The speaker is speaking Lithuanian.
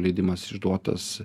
leidimas išduotas